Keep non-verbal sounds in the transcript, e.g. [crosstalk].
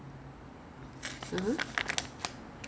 you cannot remember which one where are you now [laughs]